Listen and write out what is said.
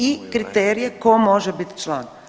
I kriterije tko može biti član.